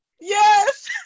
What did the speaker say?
Yes